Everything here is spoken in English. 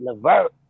Levert